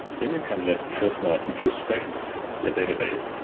then you can let prisma introspect your database,